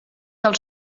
del